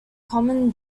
common